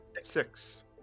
Six